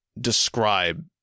describe